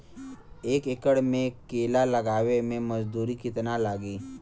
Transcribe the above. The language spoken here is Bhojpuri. एक एकड़ में केला लगावे में मजदूरी कितना लागी?